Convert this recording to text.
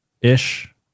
ish